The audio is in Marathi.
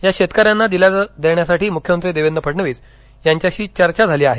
या शेतकऱ्यांना दिलासा देण्यासाठी मुख्यमंत्री देवेंद्र फडणवीस यांच्याशी चर्चा झाली आहे